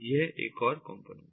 यह एक और कॉम्पोनेंट है